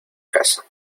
casa